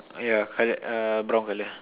yeah colored uh brown colour